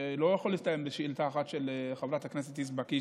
שלא יכול להסתיים בשאילתה אחת של חברת הכנסת יזבק.